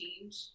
change